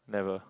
never